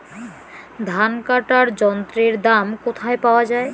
ধান কাটার যন্ত্রের দাম কোথায় পাওয়া যায়?